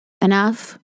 enough